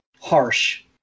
harsh